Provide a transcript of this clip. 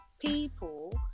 people